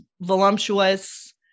voluptuous